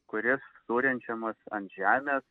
kuris surenčiamas ant žemės